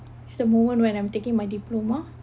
it's a moment when I'm taking my diploma